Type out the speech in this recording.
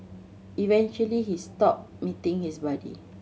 eventually he stopped meeting his buddy